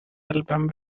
album